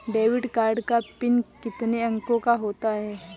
Debit card का PIN कितने अंकों का होता है?